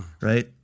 Right